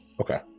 okay